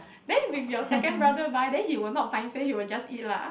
then with your second brother buy then he will not paiseh then he will just eat lah